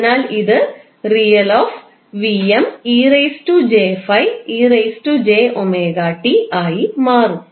അതിനാൽ ഇത് ആയി മാറും